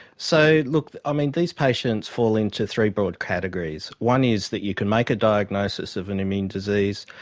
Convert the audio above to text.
so, look, um and these patients fall into three broad categories. one is that you can make a diagnosis of an immune disease,